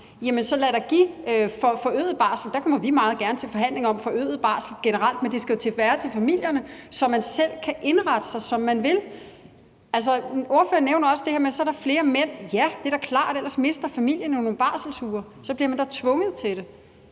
barsel, og lad os da give forøget barsel. Vi kommer meget gerne til forhandlinger om forøget barsel generelt, men de uger skal jo være til familierne, så de selv kan indrette sig, som de vil. Ordføreren nævner også det her med, at så er der flere mænd, der vil tage barsel. Ja, det er da klart, for ellers mister familien jo nogle barselsuger; så bliver man da tvunget til det.